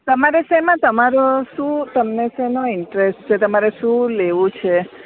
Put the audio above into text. તમારે શેમાં તમારે શું તમને શેમાં ઇન્ટરેસ્ટ છે તમારે શું લેવું છે